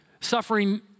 suffering